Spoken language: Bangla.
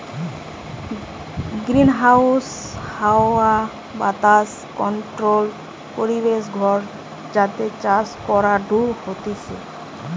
গ্রিনহাউস হাওয়া বাতাস কন্ট্রোল্ড পরিবেশ ঘর যাতে চাষ করাঢু হতিছে